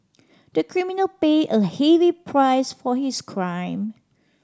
the criminal paid a heavy price for his crime